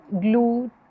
glue